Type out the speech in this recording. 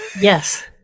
Yes